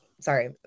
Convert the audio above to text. Sorry